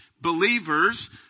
believers